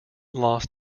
loss